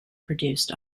produced